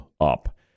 up